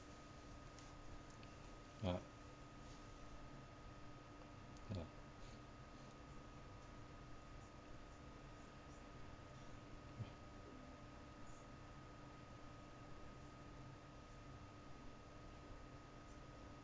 ya ya